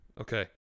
Okay